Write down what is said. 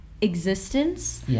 existence